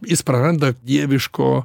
jis praranda dieviško